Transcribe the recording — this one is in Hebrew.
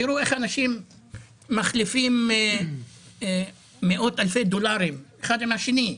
תראו איך אנשים מחליפים מאות אלפי דולרים אחד עם השני.